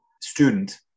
student